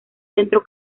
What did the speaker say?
centro